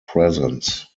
presence